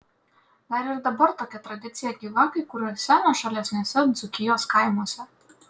dar ir dabar tokia tradicija gyva kai kuriuose nuošalesniuose dzūkijos kaimuose